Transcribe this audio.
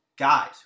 guys